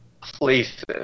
places